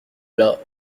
las